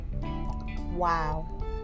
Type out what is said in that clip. Wow